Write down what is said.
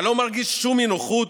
אתה לא מרגיש שום אי-נוחות,